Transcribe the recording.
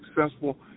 successful